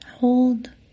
Hold